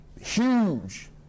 huge